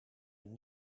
een